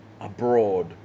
abroad